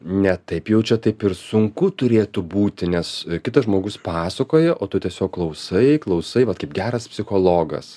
ne taip jau čia taip ir sunku turėtų būti nes kitas žmogus pasakoja o tu tiesiog klausai klausai vat kaip geras psichologas